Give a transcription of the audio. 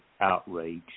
outrage